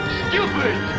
stupid